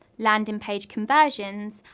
landing page conversions,